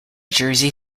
jersey